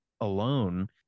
alone